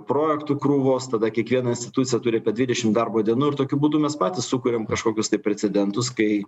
projektų krūvos tada kiekviena institucija turi apie dvidešim darbo dienų ir tokiu būdu mes patys sukuriam kažkokius precedentus kai